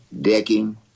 decking